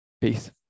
Peace